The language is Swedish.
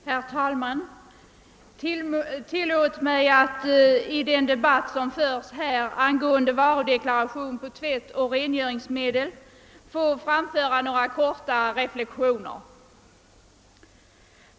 Herr talman! Tillåt mig att i denna debatt angående varudeklaration av tvättoch rengöringsmedel få göra några korta reflexioner.